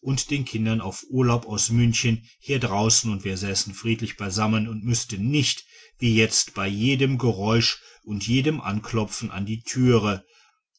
und den kindern auf urlaub aus münchen hier draußen und wir säßen friedlich beisammen und müßten nicht wie jetzt bei jedem geräusch und jedem anklopfen an die türe